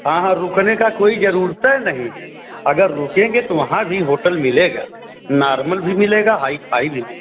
हाँ हाँ रुकने का कोई जरूरत ही नहीं है अगर रुकेंगे तो वहाँ भी होटल मिलेगा नार्मल भी मिलेगा हाई फाई भी मिले